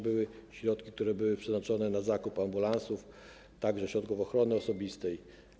Były środki, które były przeznaczone na zakup ambulansów, także środków ochrony osobistej.